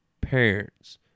parents